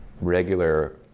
regular